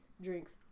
drinks